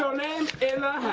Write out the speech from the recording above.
so name in the